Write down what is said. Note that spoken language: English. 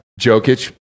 Jokic